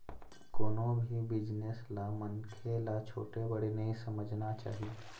कोनो भी बिजनेस ल मनखे ल छोटे बड़े नइ समझना चाही